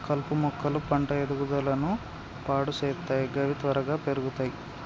కలుపు మొక్కలు పంట ఎదుగుదలను పాడు సేత్తయ్ గవి త్వరగా పెర్గుతయ్